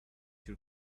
your